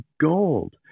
gold